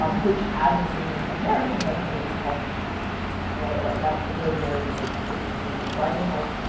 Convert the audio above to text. um which as an asian american, that doesn't really help me with anything, right? like, that's, it's a very, very different thing, and so i think, like,